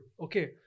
Okay